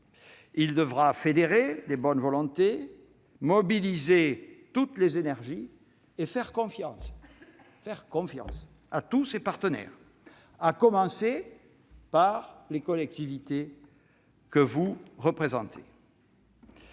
Il devra fédérer les bonnes volontés, mobiliser toutes les énergies et faire confiance à tous ses partenaires, à commencer par les collectivités, que vous représentez.